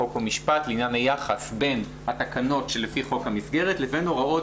חוק ומשפט לעניין היחס בין התקנות שלפי חוק המסגרת לבין הוראות